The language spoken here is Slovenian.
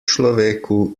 človeku